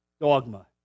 dogma